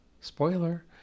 spoiler